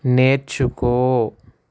నేర్చుకో